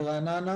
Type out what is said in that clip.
ברעננה,